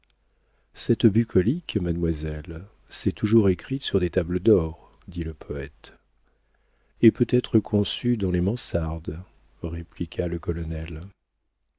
cette bucolique mademoiselle s'est toujours écrite sur des tables d'or dit le poëte et peut-être conçue dans les mansardes répliqua le colonel